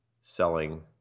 selling